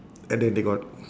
and then they got